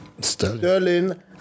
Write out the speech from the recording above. Sterling